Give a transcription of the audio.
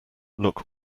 look